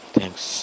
Thanks